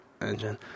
engine